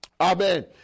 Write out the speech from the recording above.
Amen